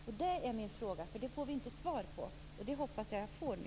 Jag hoppas att jag får svar på frågan nu.